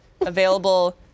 Available